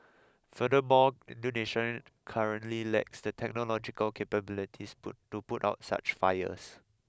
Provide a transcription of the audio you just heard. furthermore Indonesia currently lacks the technological capabilities put to put out such fires